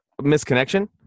misconnection